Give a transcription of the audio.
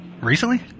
Recently